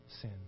sin